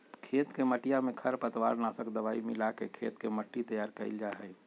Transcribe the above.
खेत के मटिया में खरपतवार नाशक दवाई मिलाके खेत के मट्टी तैयार कइल जाहई